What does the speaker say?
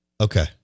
Okay